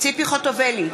ציפי חוטובלי,